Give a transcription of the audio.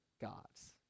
God's